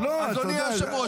אדוני היושב-ראש,